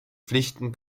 pflichten